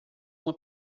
uma